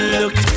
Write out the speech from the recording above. look